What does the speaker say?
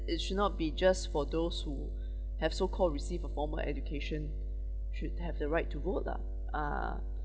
it should not be just for those who have so-called receive a formal education should have the right to vote lah ah